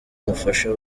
umufasha